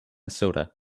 soda